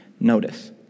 notice